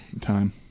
time